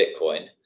Bitcoin